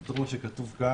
אבל מתוך מה שכתוב כאן,